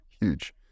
huge